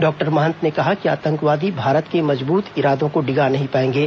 doctor Mahant ने कहा कि आतंकवादी भारत के मजबूत इरादों को डिगा नहीं पाएंगे